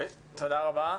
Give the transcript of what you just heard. תודה רבה.